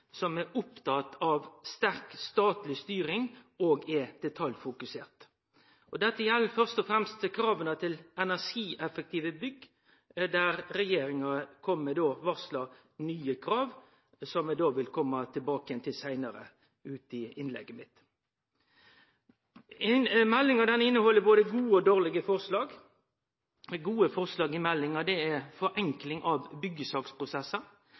som er opptatt av sterk statleg styring, og som er detaljfokusert. Dette gjeld først og fremst krava til energieffektive bygg, der regjeringa kjem med varsel om nye krav, som eg vil kome tilbake til seinare i innlegget mitt. Meldinga inneheld både gode og dårlege forslag. Gode forslag i meldinga er forenkling av